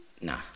Nah